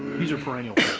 these are perennial,